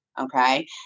Okay